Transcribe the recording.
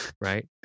Right